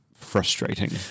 frustrating